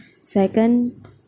Second